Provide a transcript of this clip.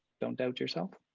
don't doubt yourself.